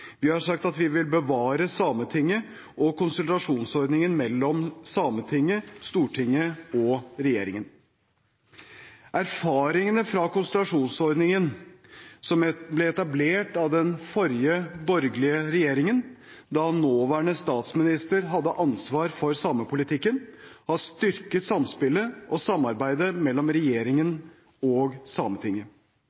Vi har også sagt at vi vil bevare Sametinget og konsultasjonsordningen mellom Sametinget, Stortinget og regjeringen. Erfaringene fra konsultasjonsordningen – som ble etablert av den forrige borgerlige regjeringen, da nåværende statsminister hadde ansvar for samepolitikken – har styrket samspillet og samarbeidet mellom regjeringen